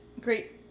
Great